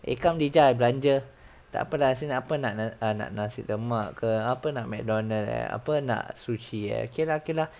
eh come dijah I belanja tak apa lah nasi nak apa nak nasi lemak ke apa nak mcdonald ah apa nak sushi ah okay lah K lah